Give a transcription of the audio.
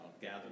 gather